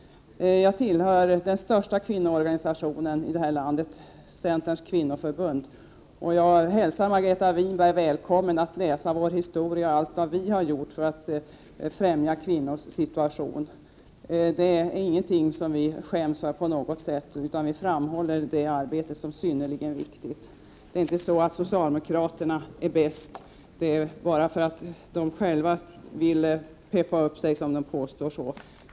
Jag tillhör den största kvinnoorganisationen i det här landet, centerns kvinnoförbund. Jag hälsar Margareta Winberg välkommen att läsa vår historia och se allt det vi har gjort för att främja kvinnors situation. Det är ingenting som vi på något sätt skäms för, utan vi framhåller detta arbete som synnerligen viktigt. Det är inte så att socialdemokraterna är bäst. Det är bara för att de själva vill ”peppa upp sig” som de påstår detta.